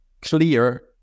clear